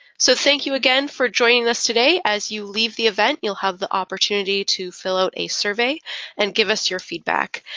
so thank you again for joining us today. as you leave the event, you will have the opportunity to fill out a survey and give us your feedback.